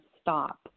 stop